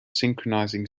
synchronizing